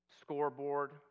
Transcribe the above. Scoreboard